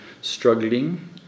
struggling